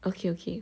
okay okay